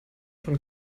von